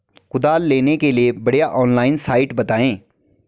कुदाल लेने के लिए बढ़िया ऑनलाइन साइट बतायें?